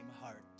heart